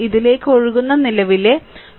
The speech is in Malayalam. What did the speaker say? ഇതിലേക്ക് ഒഴുകുന്ന നിലവിലെ 2